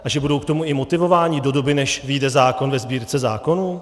A že budou k tomu i motivováni do doby, než vyjde zákon ve Sbírce zákonů?